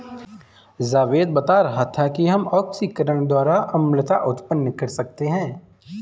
जावेद बता रहा था कि हम ऑक्सीकरण द्वारा अम्लता उत्पन्न कर सकते हैं